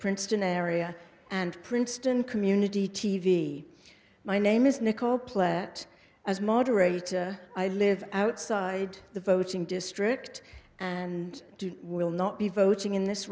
princeton area and princeton community t v my name is nicole platt as moderator i live outside the voting district and do will not be voting in this